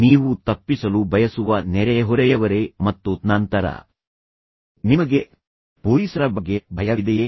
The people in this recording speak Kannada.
ನೀವು ತಪ್ಪಿಸಲು ಬಯಸುವ ನೆರೆಹೊರೆ ಯವರೇ ಅಥವಾ ನೀವು ಕೆಲವು ದುಷ್ಕೃತ್ಯಗಳನ್ನು ಮಾಡಿದ್ದೀರಾ ಮತ್ತು ನಂತರ ನಿಮಗೆ ಪೊಲೀಸರ ಬಗ್ಗೆ ಭಯವಿದೆಯೇ